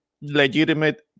legitimate